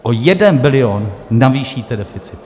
O jeden bilion navýšíte deficit!